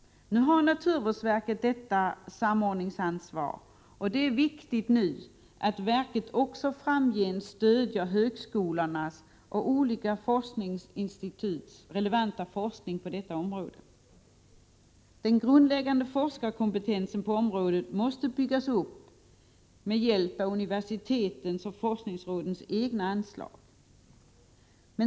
Naturvårdsverket har detta samordningsansvar, och det är viktigt att verket också framgent stöder högskolornas och olika forskningsinstituts relevanta forskning på området. Den grundläggande forskarkompetensen på området måste byggas upp med hjälp av universitetens och forskningsrådens egna anslag.